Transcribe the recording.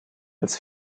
als